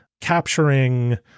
capturing